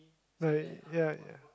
no ya ya ya